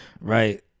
Right